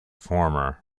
former